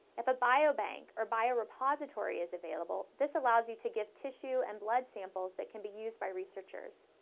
if a biobank or biorepository is available, this allows you to give tissue and blood samples that can be used by researchers.